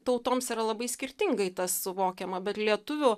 tautoms yra labai skirtingai suvokiama bet lietuvių